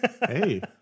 hey